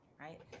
right